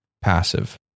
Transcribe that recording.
passive